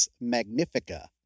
magnifica